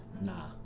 Nah